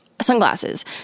Sunglasses